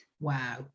Wow